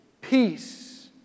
peace